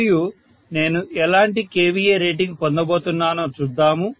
మరియు నేను ఎలాంటి kVA రేటింగ్ పొందబోతున్నానో చూద్దాము